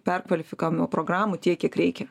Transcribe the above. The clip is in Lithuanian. perkvalifikavimo programų tiek kiek reikia